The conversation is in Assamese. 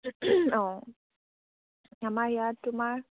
অঁ আমাৰ ইয়াত তোমাৰ